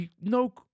no